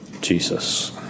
Jesus